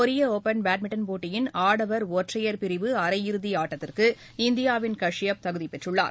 கொரிய open badminton போட்டியின் ஆடவர் ஒற்றையர் பிரிவு அரையிறுதி ஆட்டத்திற்கு இந்தியாவின் காஷியப் தகுதி பெற்றுள்ளார்